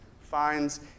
finds